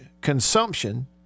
consumption